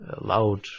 loud